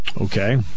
Okay